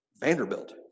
Vanderbilt